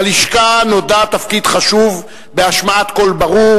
ללשכה נודע תפקיד חשוב בהשמעת קול ברור